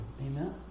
amen